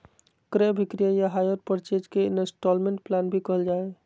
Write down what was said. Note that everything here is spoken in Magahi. क्रय अभिक्रय या हायर परचेज के इन्स्टालमेन्ट प्लान भी कहल जा हय